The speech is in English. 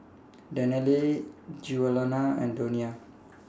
Danelle Giuliana and Donia